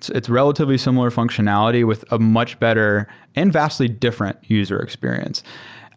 it's it's relatively similar functionality with a much better and vastly different user experience